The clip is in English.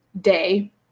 day